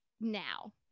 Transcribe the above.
now